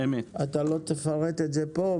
זה פתרון מצוין.